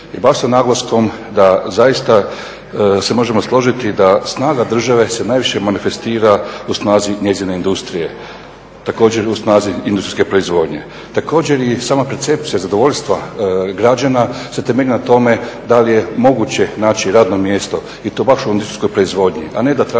i baš sa naglaskom da zaista se možemo složiti da snaga države se najviše manifestira u snazi njezine industrije, također u snazi industrijske proizvodnje. Također i sama percepcija zadovoljstva građana se temelji na tome da li je moguće naći radno mjesto i to baš u industrijskoj proizvodnji, a ne da traži